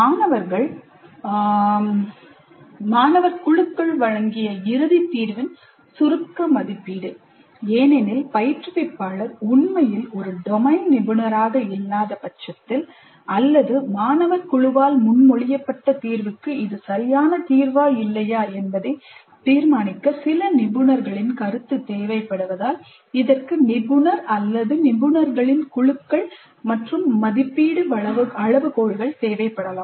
மாணவர் குழுக்கள் வழங்கிய இறுதி தீர்வின் சுருக்க மதிப்பீடு ஏனெனில் பயிற்றுவிப்பாளர் உண்மையில் ஒரு டொமைன் நிபுணராக இல்லாத பட்சத்தில் அல்லது மாணவர் குழுவால் முன்மொழியப்பட்ட தீர்வுக்கு இது சரியான தீர்வா இல்லையா என்பதை தீர்மானிக்க சில நிபுணர்களின் கருத்து தேவைப்படுவதால் இதற்கு நிபுணர் அல்லது நிபுணர்களின் குழுக்கள் மற்றும் மதிப்பீட்டு அளவுகோல்கள் தேவைப்படலாம்